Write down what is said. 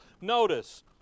Notice